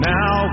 Now